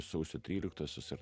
sausio tryliktosios ir